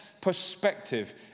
perspective